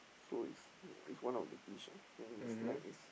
so it's it's one of the dish and snack is